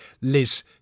Liz